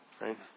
right